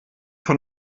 von